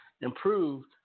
improved